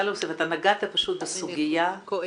אתה נגעת בסוגיה -- כואבת.